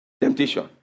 Temptation